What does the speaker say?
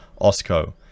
OSCO